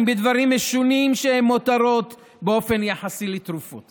בדברים משונים שהם מותרות באופן יחסי לתרופות